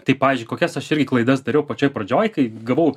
tai pavyzdžiui kokias aš irgi klaidas dariau pačioj pradžioj kai gavau